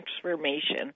transformation